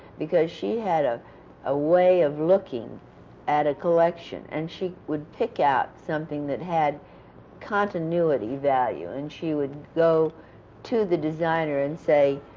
because she had ah a way of looking at a collection, and she would pick out something that had continuity value, and she would go to the designer and say,